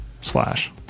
Slash